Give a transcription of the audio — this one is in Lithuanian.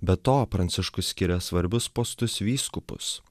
be to pranciškus skiria svarbius postus vyskupus